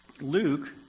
Luke